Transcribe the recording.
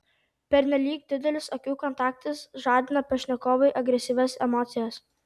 pernelyg didelis akių kontaktas žadina pašnekovui agresyvias emocijas